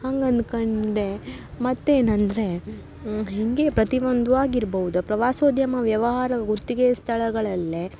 ಹಂಗೆ ಅಂದ್ಕಂಡು ಮತ್ತು ಏನಂದರೆ ಹೀಗೆ ಪ್ರತಿಯೊಂದು ಆಗಿರ್ಬೌದು ಪ್ರವಾಸೋದ್ಯಮ ವ್ಯವಹಾರ ಗುತ್ತಿಗೆ ಸ್ಥಳಗಳಲ್ಲಿ